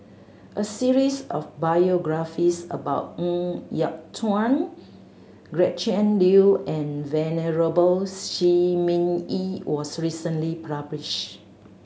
a series of biographies about Ng Yat Chuan Gretchen Liu and Venerable Shi Ming Yi was recently